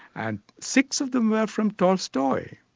and six of them were from tolstoy.